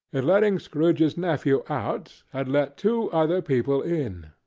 in letting scrooge's nephew out, had let two other people in.